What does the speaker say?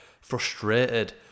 frustrated